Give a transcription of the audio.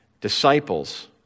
disciples